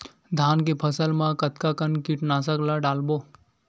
धान के फसल मा कतका कन कीटनाशक ला डलबो?